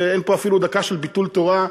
אין פה אפילו דקה של ביטול תורה.